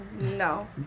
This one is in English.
No